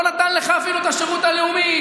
לא נתן לך אפילו את השירות הלאומי,